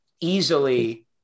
easily